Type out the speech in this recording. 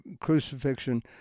crucifixion